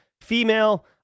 female